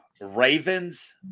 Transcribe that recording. Ravens